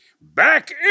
back